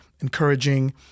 encouraging